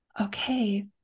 okay